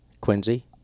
Quincy